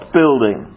building